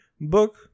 book